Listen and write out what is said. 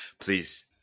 Please